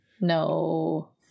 No